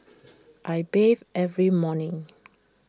I bathe every morning